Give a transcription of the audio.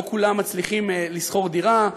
לא כולם מצליחים לשכור דירה,